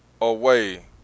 away